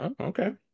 Okay